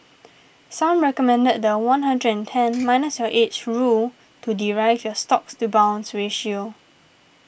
some recommend the one hundred and ten minus your age rule to derive your stocks to bonds ratio